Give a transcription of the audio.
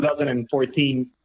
2014